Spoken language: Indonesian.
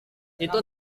itu